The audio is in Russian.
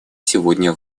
сегодня